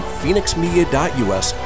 phoenixmedia.us